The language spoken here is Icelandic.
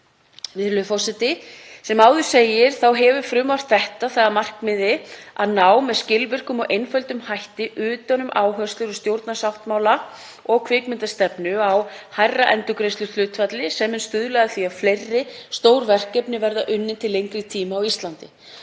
sem honum fylgja. Sem áður segir hefur frumvarp þetta það að markmiði að ná með skilvirkum og einföldum hætti utan um áherslur úr stjórnarsáttmála, um kvikmyndastefnu, á hærra endurgreiðsluhlutfall sem mun stuðla að því að fleiri stór verkefni verði unnin til lengri tíma á Íslandi.